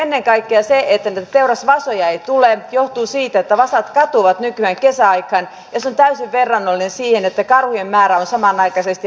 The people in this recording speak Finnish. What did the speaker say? ennen kaikkea se että niitä teurasvasoja ei tule johtuu siitä että vasat katoavat nykyään kesäaikaan ja se on täysin verrannollinen siihen että karhujen määrä on samanaikaisesti räjähtänyt käsiin